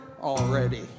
already